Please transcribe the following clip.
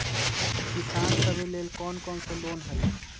किसान सवे लेल कौन कौन से लोने हई?